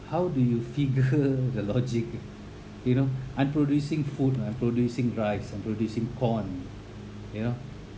how do you figure the logic you know I'm producing food I'm producing rice I'm producing corn you know